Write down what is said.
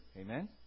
Amen